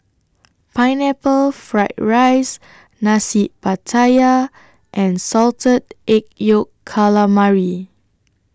Pineapple Fried Rice Nasi Pattaya and Salted Egg Yolk Calamari